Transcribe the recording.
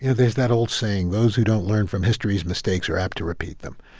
yeah there's that old saying, those who don't learn from history's mistakes are apt to repeat them.